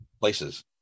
places